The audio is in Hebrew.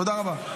תודה רבה.